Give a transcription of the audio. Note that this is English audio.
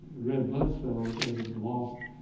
red blood cells that have lost